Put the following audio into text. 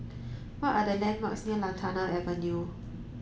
what are the landmarks near Lantana Avenue